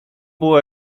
było